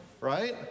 right